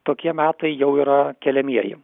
tokie metai jau yra keliamieji